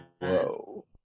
whoa